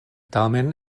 tamen